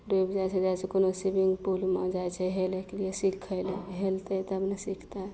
डुबि जाइ छै जाइ छै कोनो स्विमिंग पुलमे जाइ छै हेलयके लिये सीखय लए हेलतै तब नऽ सिखतै